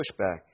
pushback